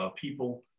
people